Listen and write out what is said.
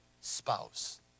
spouse